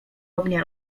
ognia